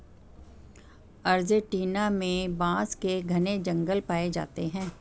Argentina में बांस के घने जंगल पाए जाते हैं